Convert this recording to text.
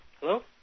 Hello